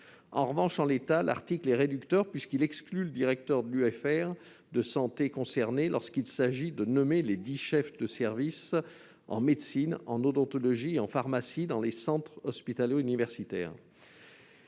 En revanche, en l'état, cet article est réducteur, puisqu'il exclut le directeur de l'UFR de santé concernée lorsqu'il s'agit de nommer lesdits chefs de service en médecine, en odontologie, en pharmacie dans les centres hospitalo-universitaires.